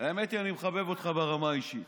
האמת היא שאני מחבב אותך ברמה האישית,